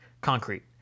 concrete